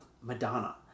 Madonna